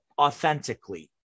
authentically